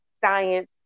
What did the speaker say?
science